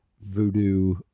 voodoo